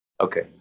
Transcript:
Okay